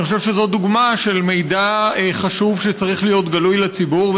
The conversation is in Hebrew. אני חושב שזאת דוגמה של מידע חשוב שצריך להיות גלוי לציבור,